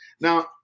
Now